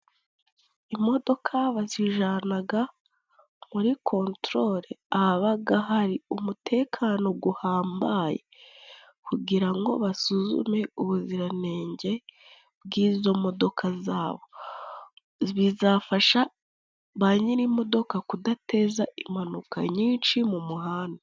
Imodoka bazijyana muri kontorore, aha hari umutekano uhambaye, kugira ngo basuzume ubuziranenge bw'izo modoka zabo, bizafasha ba nyir'imodoka kudateza impanuka nyinshi mu muhanda.